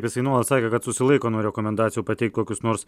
jisai nuolat sakė kad susilaiko nuo rekomendacijų pateikt kokius nors